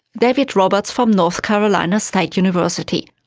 david roberts from north carolina state university.